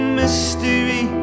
mystery